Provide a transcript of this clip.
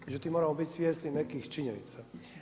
Međutim, moramo biti svjesni nekih činjenica.